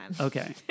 Okay